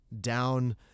down